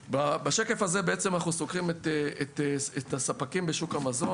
בשקף הזה בעצם אנחנו סוקרים את הספקים בשוק המזון.